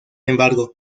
embargo